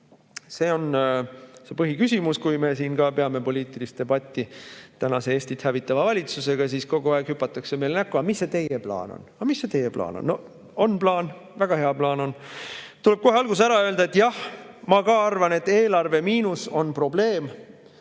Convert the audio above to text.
See on see põhiküsimus. Kui me peame poliitilist debatti Eestit hävitava valitsusega, siis kogu aeg hüpatakse meile näkku: aga mis see teie plaan on, aga mis see teie plaan on? No on plaan, väga hea plaan on. Tuleb kohe alguses ära öelda, et jah, ma ka arvan, et eelarve miinus on probleem.